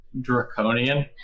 draconian